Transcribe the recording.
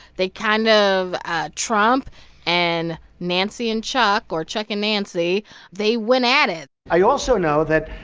they kind of ah trump and nancy and chuck or chuck and nancy they went at it i also know that,